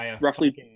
roughly